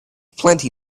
plenty